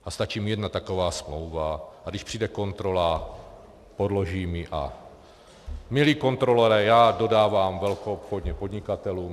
A stačí mi jedna taková smlouva, a když přijde kontrola, podložím ji: A milý kontrolore, já dodávám velkoobchodně podnikatelům.